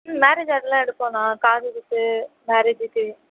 ம் மேரேஜ் ஆடர்லாம் எடுப்போம்ண்ணா காதுகுத்து மேரேஜ்ஜிக்கு